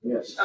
Yes